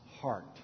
heart